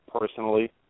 personally